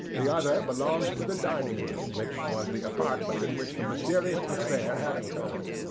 the other belonged to the dining-room, which was the apartment in which the mysterious affair had occurred.